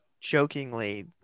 Jokingly